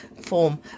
form